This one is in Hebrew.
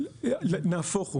נהפוך הוא.